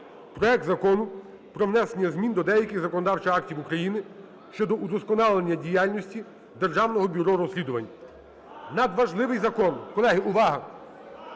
проект Закону про внесення змін до деяких законодавчих актів України щодо удосконалення діяльності Державного бюро розслідувань. Надважливий закон. Колеги, увага!